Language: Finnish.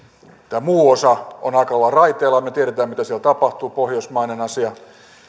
tämä muu osa on aika lailla raiteillaan me tiedämme mitä siellä tapahtuu pohjoismainen asia